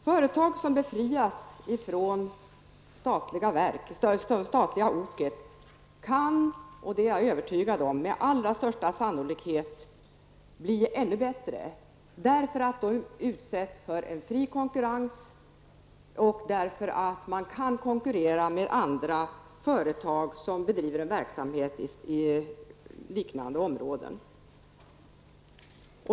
Företag som befrias från det statliga oket kan -- och det är jag övertygad om -- med största sannolikhet bli ännu bättre, eftersom de då utsätts för en fri konkurrens samtidigt som de kan konkurrera med andra företag som bedriver verksamhet inom liknande områden.